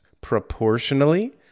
proportionally